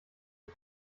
ich